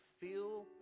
feel